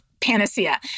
panacea